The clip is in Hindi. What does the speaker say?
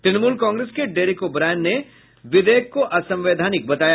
तृणमूल कांग्रेस के डेरेक ओब्रायन ने विधेयक को असंवैधानिक बताया